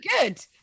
good